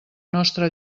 nostra